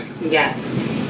Yes